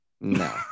no